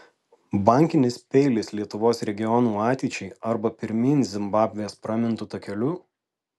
bankinis peilis lietuvos regionų ateičiai arba pirmyn zimbabvės pramintu takeliu